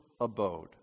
abode